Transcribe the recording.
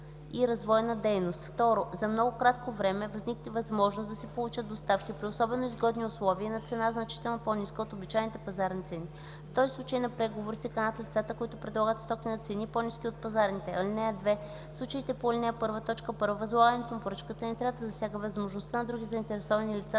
и развойна дейност; 2. за много кратко време възникне възможност да се получат доставки при особено изгодни условия и на цена, значително по ниска от обичайните пазарни цени; в този случай на преговори се канят лицата, които предлагат стоки на цени, по-ниски от пазарните. (2) В случаите по ал. 1, т. 1 възлагането на поръчката не трябва да засяга възможността на други заинтересовани лица